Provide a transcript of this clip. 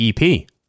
EP